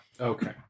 Okay